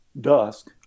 dusk